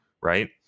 right